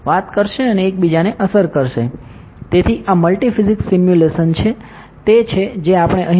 તેથી આ multi physics simulation તે છે જે આપણે અહીં જોવાનો પ્રયત્ન કરી રહ્યા છીએ